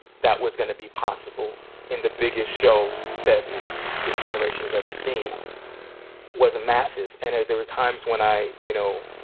that was gonna be possible in the biggest show that this generation has ever seen was a massive. and there were times when i, you know,